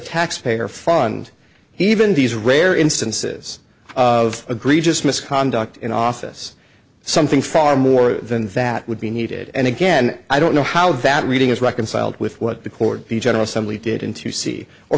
taxpayer fund even these rare instances of agree just misconduct in office something far more than that would be needed and again i don't know how that reading is reconciled with what the court the general assembly did and to see